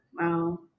Wow